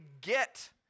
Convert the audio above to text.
get